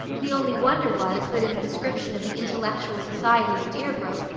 the only wonder was, that, in the description of the intellectual society of deerbrook,